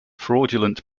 fraudulent